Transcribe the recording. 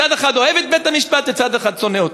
שצד אחד אוהב את בית-המשפט וצד אחד שונא אותו.